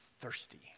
thirsty